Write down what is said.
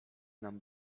nam